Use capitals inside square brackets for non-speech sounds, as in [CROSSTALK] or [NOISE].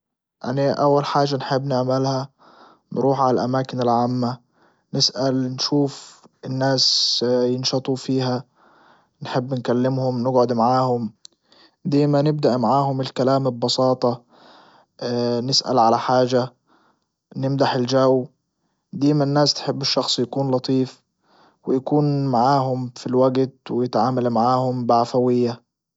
انا اول حاجة نحب نعملها نروح على الاماكن العامة نسأل نشوف الناس ينشطوا فيها نحب نكلمهم نجعد معهم ديما نبدأ معهم الكلام ببساطة [HESITATION] نسأل على حاجة نمدح الجو ديما الناس تحب الشخص يكون لطيف ويكون معاهم في الوجت ويتعامل معاهم بعفوية.